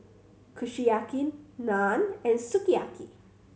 Kushiyaki Naan and Sukiyaki